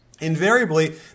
invariably